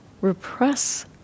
repress